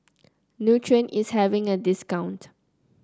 Nutren is having a discount